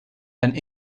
and